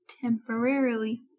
Temporarily